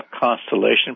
Constellation